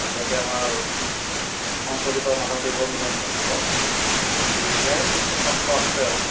ইয়াতে আমাৰ শংকৰদেৱ আৰু মাধৱদেৱৰ মিলন ক্ষেত্ৰ গতিকে ইয়াৰ যিখিনি সত্ৰ আছে